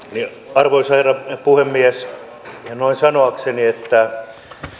arvoisa herra puhemies ihan sanoakseni että